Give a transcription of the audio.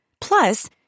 Plus